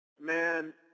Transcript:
Man